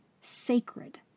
sacred